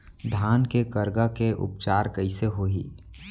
धान के करगा के उपचार कइसे होही?